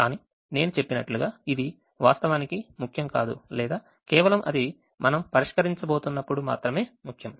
కానీ నేను చెప్పినట్లుగా ఇది వాస్తవానికి ముఖ్యం కాదు లేదా కేవలం అది మనం పరిష్కరించబోతున్నప్పుడు మాత్రమే ముఖ్యం